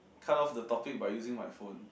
cut of the topic by using my phone